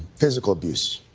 physical abuse,